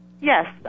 Yes